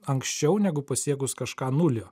anksčiau negu pasiekus kažką nulio